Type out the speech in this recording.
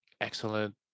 excellent